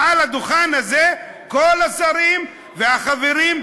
מעל הדוכן הזה כל השרים והחברים,